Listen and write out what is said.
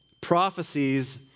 prophecies